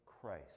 Christ